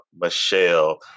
Michelle